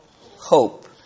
hope